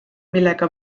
millega